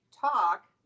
talk